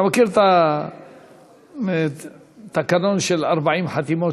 אתה מכיר את התקנון בעניין של 40 חתימות,